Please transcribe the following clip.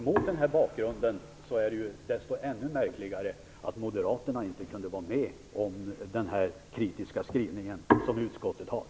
Mot denna bakgrund är det ännu märkligare att moderaterna inte kunde vara med om den kritiska skrivning som utskottet gjort.